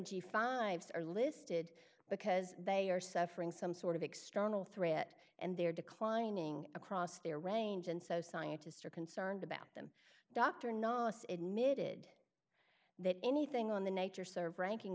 g five's are listed because they are suffering some sort of external threat and they're declining across their range and so scientists are concerned about them dr not admitted that anything on the nature serve ranking